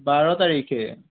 বাৰ তাৰিখে